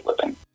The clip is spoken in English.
living